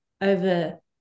over